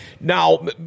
now